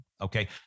okay